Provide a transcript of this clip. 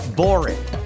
boring